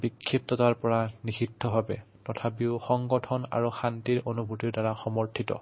বিক্ষিপ্ততাৰ পৰা নিষিদ্ধভাৱে তথাপিও সংগঠন আৰু শান্তিৰ অনুভূতিৰ দ্বাৰা সমৰ্থিত